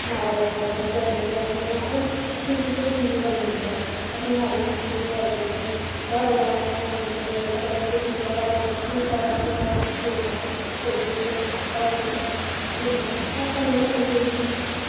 माता वैश्णो दे चरणें च बैठे दे आं अस असें किसे चीज दी कमी निं ऐ असें हर इक चीज थ्होआ दी ऐ कि कारोबार असें चंगे साढ़े बच्चे ठीक पढ़ा दे स्कूल साढ़े आस्तै सब किश स्हूलतां होस्पिटल न सब कुछ न एह् नि ऐ ऐसा नि ऐ कि कोई की